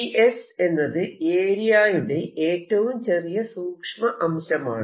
ds എന്നത് area യുടെ ഏറ്റവും ചെറിയ സൂക്ഷ്മ അംശമാണ്